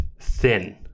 thin